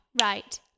right